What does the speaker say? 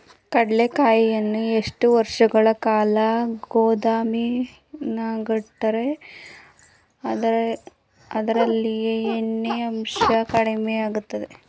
ಕಡ್ಲೆಕಾಯಿಯನ್ನು ಎಷ್ಟು ವರ್ಷಗಳ ಕಾಲ ಗೋದಾಮಿನಲ್ಲಿಟ್ಟರೆ ಅದರಲ್ಲಿಯ ಎಣ್ಣೆ ಅಂಶ ಕಡಿಮೆ ಆಗುತ್ತದೆ?